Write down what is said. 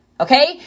Okay